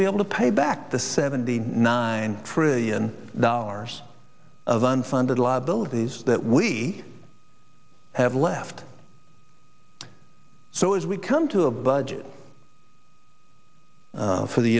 to be able to pay back the seventy nine trillion dollars of unfunded liabilities that we have left so if we come to a budget for the